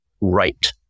right